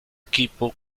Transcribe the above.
equipo